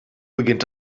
beginnt